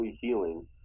healing